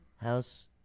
House